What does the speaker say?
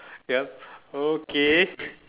yup okay